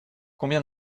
combien